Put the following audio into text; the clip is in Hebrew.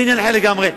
זה עניין אחר לגמרי.